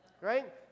right